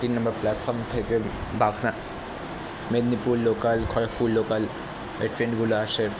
তিন number platform থেকে Bagnan Medinipur local Kharagpur local এই ট্রেনগুলো আসে